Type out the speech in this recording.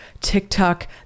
TikTok